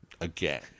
again